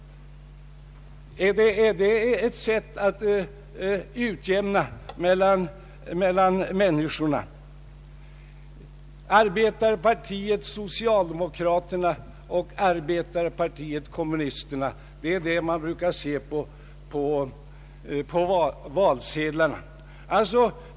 Är det ett sätt att utjämna mellan människorna? Arbetarepartiet socialdemokraterna och Arbetarepartiet kommunisterna brukar vi se på valsedlarna.